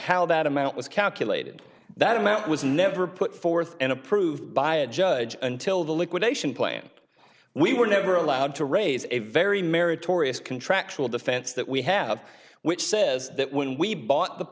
how that amount was calculated that amount was never put forth and approved by a judge until the liquidation plan we were never allowed to raise a very meritorious contractual defense that we have which says that when we bought the